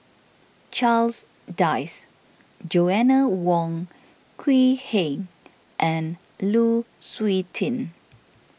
Charles Dyce Joanna Wong Quee Heng and Lu Suitin